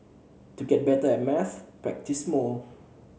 to get better at maths practise more